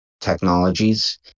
technologies